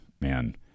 man